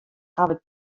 hawwe